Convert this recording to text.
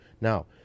Now